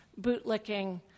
bootlicking